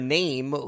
name